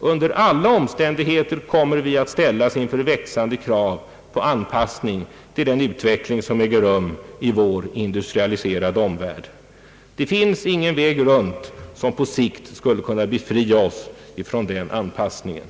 Under alla omständigheter kommer vi att ställas inför växande krav på anpassning till den utveckling som äger rum i vår industrialiserade omvärld. Det finns ingen väg runt som på sikt skulle kunna befria oss från den anpassningen.